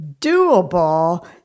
doable